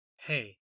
Hey